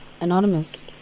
Anonymous